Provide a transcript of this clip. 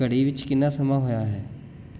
ਘੜੀ ਵਿੱਚ ਕਿੰਨਾ ਸਮਾਂ ਹੋਇਆ ਹੈ